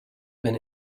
been